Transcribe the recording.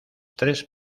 tres